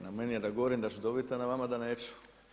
Na meni je da govorim da ću dobiti a na vama da neću.